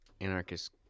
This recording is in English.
anarchist